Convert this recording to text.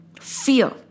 Fear